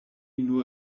nur